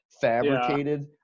fabricated